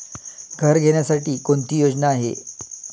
घर घेण्यासाठी कोणती योजना आहे?